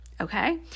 okay